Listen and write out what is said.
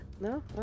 No